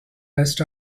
rest